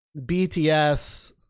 BTS